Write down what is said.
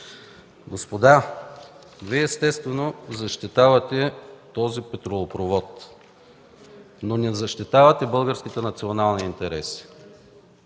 Господа, естествено, Вие защитавате този петролопровод, но не защитавате българските национални интереси.